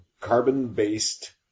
carbon-based